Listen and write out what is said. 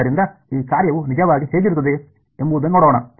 ಆದ್ದರಿಂದ ಈ ಕಾರ್ಯವು ನಿಜವಾಗಿ ಹೇಗಿರುತ್ತದೆ ಎಂಬುದನ್ನು ನೋಡೋಣ